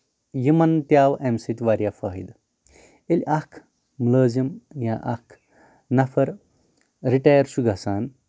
یِمن تہِ آو اَمہِ سۭتۍ واریاہ فٲیدٕ ییٚلہِ اکھ مُلازِم یا اکھ نَفر رِٹیر چھُ گژھان